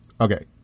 Okay